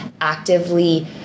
actively